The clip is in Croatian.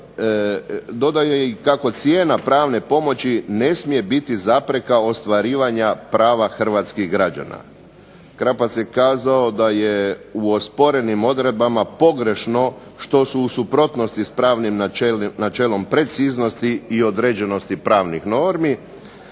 Dodao je i kako cijena pravne pomoći ne smije biti zapreka ostvarivanja prava hrvatskih građana". Krapac je kazao da je u osporenim odredbama pogrešno što su u suprotnosti s pravnim načelom preciznosti i određenosti pravnih normi.